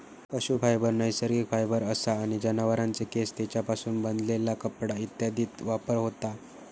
पशू फायबर नैसर्गिक फायबर असा आणि जनावरांचे केस, तेंच्यापासून बनलेला कपडा इत्यादीत वापर होता